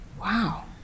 Wow